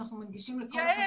ואנחנו מדגישים לכל החברים